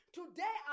Today